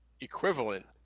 equivalent